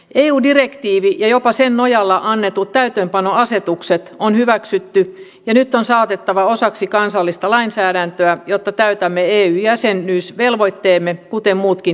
eu direktiivi ja jopa sen nojalla annetut täytäntöönpanoasetukset on hyväksytty ja nyt on saatettava osaksi kansallista lainsäädäntöä jotta täytämme eu jäsenyysvelvoitteemme kuten muutkin jäsenvaltiot